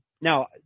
now